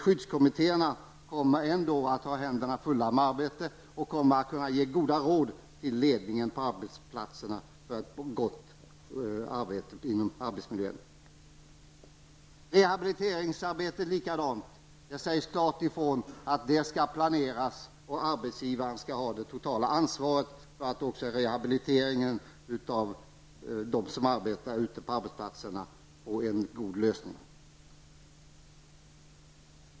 Skyddskommittéerna kommer ändå att ha fullt upp med arbete och kan ge goda råd till ledningen på arbetsplatserna när det gäller förbättringar av arbetsmiljön. Beträffande rehabiliteringsarbetet förhåller det sig på samma sätt. Det sägs klart ifrån att detta arbete skall planeras och att arbetsgivaren skall ha det totala ansvaret för att rehabiliteringen av de arbetande får en god lösning.